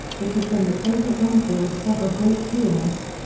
it has been the favourite encore of several great pianists,